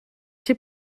chi